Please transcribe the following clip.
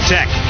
Tech